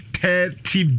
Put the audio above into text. thirty